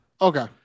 Okay